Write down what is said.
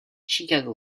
chicago